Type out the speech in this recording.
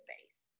space